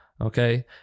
Okay